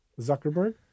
Zuckerberg